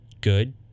good